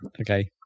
Okay